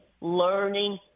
learning